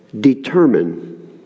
Determine